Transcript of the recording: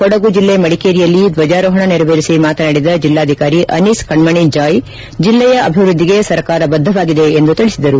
ಕೊಡಗು ಜಿಲ್ಲೆ ಮಡಿಕೇರಿಯಲ್ಲಿ ಧ್ವಜಾರೋಹಣ ನೆರವೇರಿಸಿ ಮಾತನಾಡಿದ ಜಿಲ್ಲಾಧಿಕಾರಿ ಅನೀಸ್ ಕಣ್ಮಣಿ ಜಾಯ್ ಜಿಲ್ಲೆಯ ಅಭಿವ್ವದ್ಲಿಗೆ ಸರ್ಕಾರ ಬದ್ದವಾಗಿದೆ ಎಂದು ತಿಳಿಸಿದರು